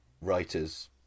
writers